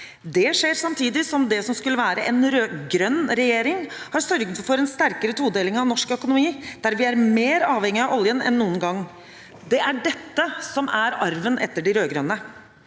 Det skjer samtidig som det som skulle være en rød-grønn regjering, har sørget for en sterkere todeling av norsk økonomi, der vi er mer avhengig av oljen enn noen gang. Det er dette som er arven etter de rød-grønne.